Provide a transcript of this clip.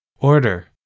Order